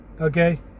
Okay